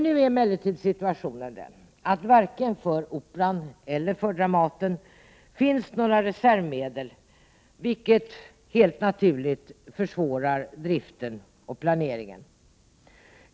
Nu är emellertid situationen den, att det varken för Operan eller för Dramaten finns några reservmedel, vilket helt naturligt försvårar driften och planeringen.